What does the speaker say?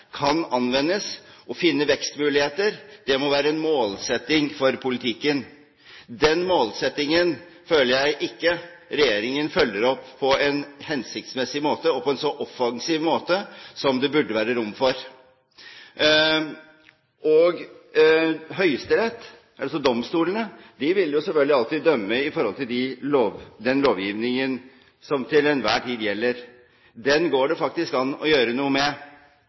kan anvendes og finne vekstmuligheter, må være en målsetting for politikken. Den målsettingen føler jeg ikke regjeringen følger opp på en hensiktsmessig måte og på en så offensiv måte som det burde være rom for. Høyesterett, altså domstolene, vil selvfølgelig alltid dømme i forhold til den lovgivningen som til enhver tid gjelder. Den går det faktisk an å gjøre noe med.